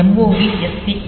MOV SP 0x40hex